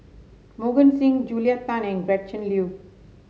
Mohan Singh Julia Tan and Gretchen Liu